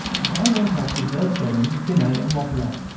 and went off with vercherin, finet, and wattrelot.